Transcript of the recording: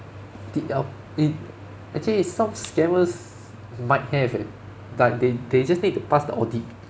actually some scammers might have eh like they they just need to pass the audit